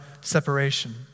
separation